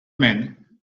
men